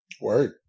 Word